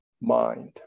mind